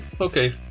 okay